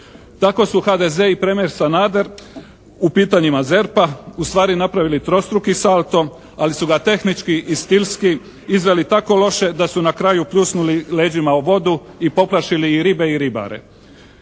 Tako su HDZ i premijer Sanader u pitanjima ZERP-a ustvari napravili trostruki salto, ali su ga tehnički i stilski izveli tako loše da su na kraju pljusnuli leđima o vodu i poplašili i ribe i ribare.